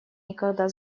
никогда